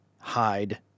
hide